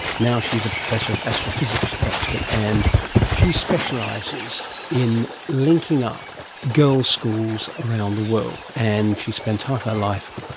now she is a professor of astrophysics at oxford, and she specialises in linking up girls schools around the world, and she spends half her life,